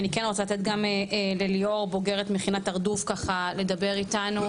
אני כן רוצה ללתת לליאור בוגרת מכינת הרדוף לדבר איתנו.